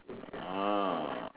ah